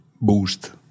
boost